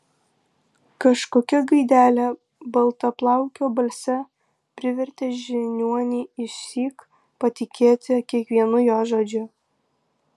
kažkokia gaidelė baltaplaukio balse privertė žiniuonį išsyk patikėti kiekvienu jo žodžiu